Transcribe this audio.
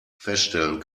feststellen